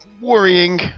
worrying